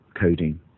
codeine